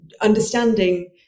understanding